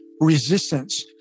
resistance